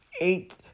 Eight